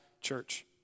church